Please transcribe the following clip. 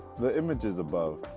the images above,